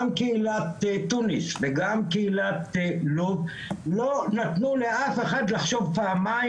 קהילת תוניס וגם קהילת לוב לא נתנו לאף אחד לחשוב פעמיים